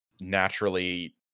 naturally